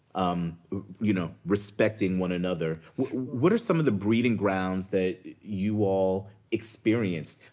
um you know respecting one another. what are some of the breeding grounds that you all experienced?